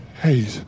Hey